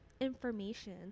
information